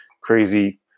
crazy